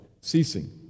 ceasing